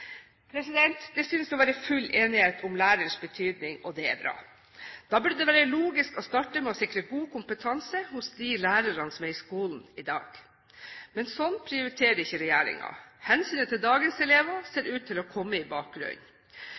er bra. Da burde det være logisk å starte med å sikre god kompetanse hos de lærerne som er i skolen i dag. Men slik prioriterer ikke regjeringen. Hensynet til dagens elever ser ut til å komme i